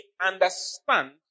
understand